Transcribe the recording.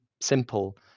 simple